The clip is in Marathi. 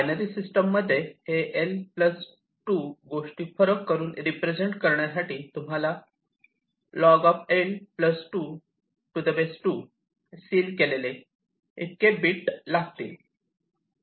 बायनरी सिस्टीम मध्ये हे L 2 गोष्टी फरक करून रिप्रेझेंट करण्यासाठी तुम्हाला Log2 L 2 सील केलेले इतके बीट लागतील